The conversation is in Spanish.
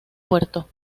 puerto